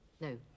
No